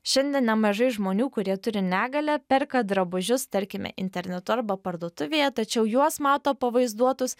šiandien nemažai žmonių kurie turi negalią perka drabužius tarkime internetu arba parduotuvėje tačiau juos mato pavaizduotus